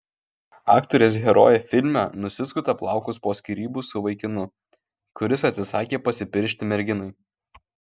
aktorės herojė filme nusiskuta plaukus po skyrybų su vaikinu kuris atsisakė pasipiršti merginai